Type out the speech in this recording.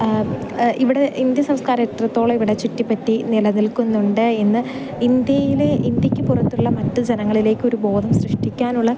ഇവിടെ ഇന്ത്യ സംസ്കാരം എത്രത്തോളം ഇവിടെ ചുറ്റിപ്പറ്റി നിലനിൽക്കുന്നുണ്ട് എന്ന് ഇന്ത്യയിലെ ഇന്ത്യയ്ക്ക് പുറത്തുള്ള മറ്റു ജനങ്ങളിലേക്ക് ഒരു ബോധം സൃഷ്ടിക്കാനുള്ള